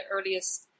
earliest